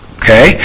okay